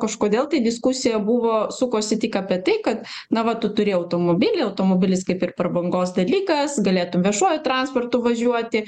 kažkodėl tai diskusija buvo sukosi tik apie tai kad na va tu turi automobilį automobilis kaip ir prabangos dalykas galėtum viešuoju transportu važiuoti